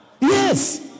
yes